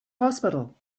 hospital